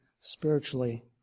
spiritually